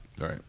Right